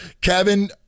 Kevin